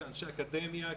כאנשי אקדמיה,